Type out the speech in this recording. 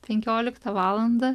penkioliktą valandą